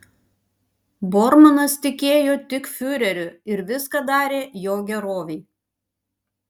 bormanas tikėjo tik fiureriu ir viską darė jo gerovei